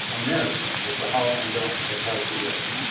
a miracle that the hull and dome had held together.